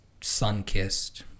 sun-kissed